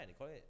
right